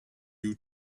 you